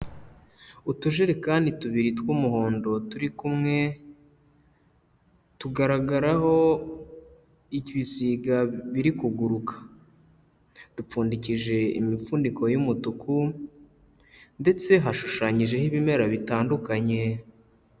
Utujerekani tubiri tw'umuhondo turi kumwe tugaragaraho ibisiga biri kuguruka, dupfundikije imifuniko y'umutuku ndetse hashushanyijeho ibimera bitandukanye.